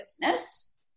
business